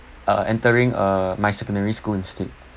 uh entering uh my secondary school instead